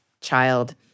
child